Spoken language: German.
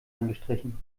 angestrichen